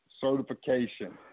certification